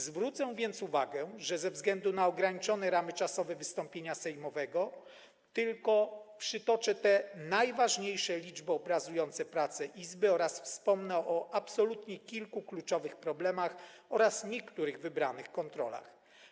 Zwrócę więc uwagę na to, że ze względu na ograniczone ramy czasowe wystąpienia sejmowego przytoczę tylko te najważniejsze liczby obrazujące pracę Izby oraz wspomnę o absolutnie kilku kluczowych problemach oraz niektórych wybranych kontrolach.